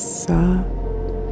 soft